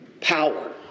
Power